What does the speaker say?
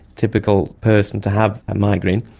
typical person to have a migraine,